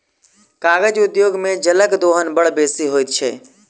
कागज उद्योग मे जलक दोहन बड़ बेसी होइत छै